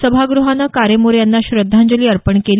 सभाग्रहानं कारेमोरे यांना श्रद्धांजली अर्पण केली